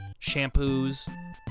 shampoos